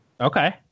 Okay